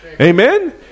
amen